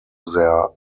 their